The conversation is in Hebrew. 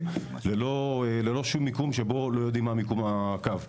ללא שום מיקום שבו לא יודעים מה מיקום הקו.